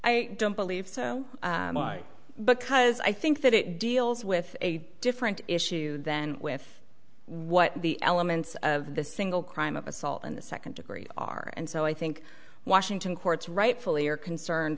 i don't believe so because i think that it deals with a different issue than with what the elements of the single crime of assault in the second degree are and so i think washington courts rightfully are concerned